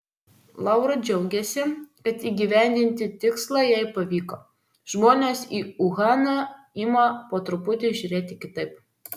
laura džiaugiasi kad įgyvendinti tikslą jai pavyko žmonės į uhaną ima po truputį žiūrėti kitaip